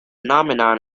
phenomenon